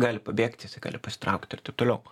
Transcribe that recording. gali pabėgt jisai gali pasitraukt ir taip toliau